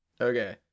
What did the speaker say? Okay